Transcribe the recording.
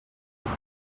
took